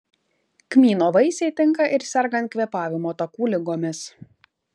kmyno vaisiai tinka ir sergant kvėpavimo takų ligomis